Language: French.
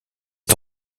est